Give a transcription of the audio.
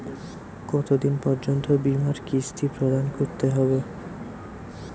কতো দিন পর্যন্ত বিমার কিস্তি প্রদান করতে হবে?